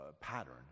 pattern